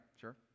Sure